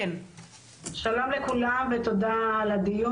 שלום לכולם ותודה על הדיון.